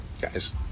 guys